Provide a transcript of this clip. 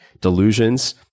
delusions